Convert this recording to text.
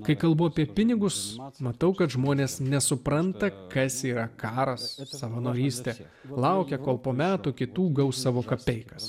kai kalbu apie pinigus mat matau kad žmonės nesupranta kas yra karas apie savanorystę laukia kol po metų kitų gaus savo kapeikas